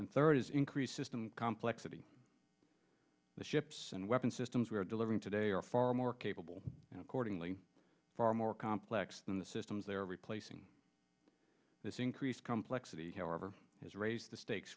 and third is increases complexity the ships and weapons systems we are delivering today are far more capable and accordingly far more complex than the systems they are replacing this increased complexity however has raised the stakes